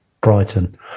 Brighton